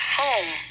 home